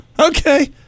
Okay